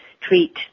treat